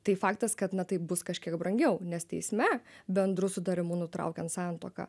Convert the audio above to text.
tai faktas kad na taip bus kažkiek brangiau nes teisme bendru sutarimu nutraukiant santuoką